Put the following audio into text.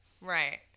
Right